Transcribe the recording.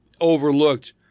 overlooked